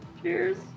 Cheers